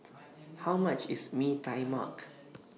How much IS Mee Tai Mak